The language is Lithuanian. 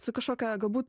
su kažkokia galbūt